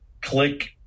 Click